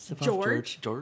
George